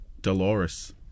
Dolores